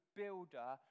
builder